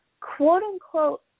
Quote-unquote